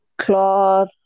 cloth